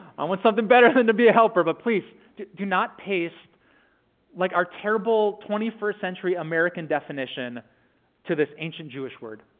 i want something better than to be a helper, but please, do not paste like our terrible twenty first century american definition to this ancient jewish word.